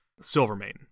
Silvermane